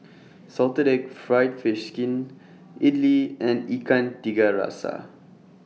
Salted Egg Fried Fish Skin Idly and Ikan Tiga Rasa